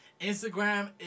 Instagram